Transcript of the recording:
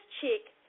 chick